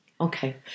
Okay